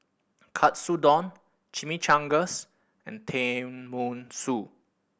Katsudon Chimichangas and Tenmusu